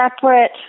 separate